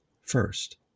first